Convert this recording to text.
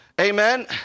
amen